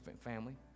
family